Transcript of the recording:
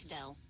Dell